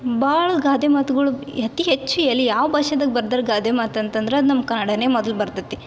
ಭಾಳ ಗಾದೆ ಮಾತುಗಳು ಅತಿ ಹೆಚ್ಚು ಎಲ್ಲಿ ಯಾವ ಭಾಷೆದಾಗ ಬರ್ದ್ರ್ ಗಾದೆ ಮಾತು ಅಂತಂದ್ರೆ ಅದು ನಮ್ಮ ಕನ್ನಡನೇ ಮೊದ್ಲು ಬರ್ತೈತಿ